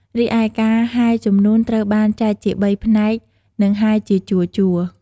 រីឯការហែជំនូនត្រូវបានចែកជាបីផ្នែក និងហែជាជួរៗ។